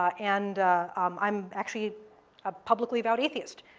um and um i'm actually a publicly avowed atheist,